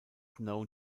known